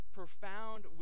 profound